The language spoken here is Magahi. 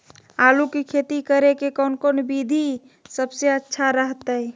आलू की खेती करें के कौन कौन विधि सबसे अच्छा रहतय?